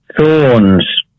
thorns